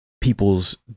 People's